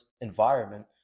environment